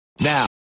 Now